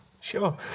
Sure